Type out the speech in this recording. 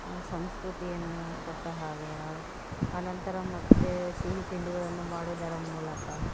ಆ ಸಂಸ್ಕೃತಿಯನ್ನು ಕೊಟ್ಟ ಹಾಗೆ ಆನಂತರ ಮತ್ತು ಸಿಹಿ ತಿಂಡಿಗಳನ್ನು ಮಾಡೋದರ ಮೂಲಕ